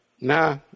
Nah